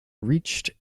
reached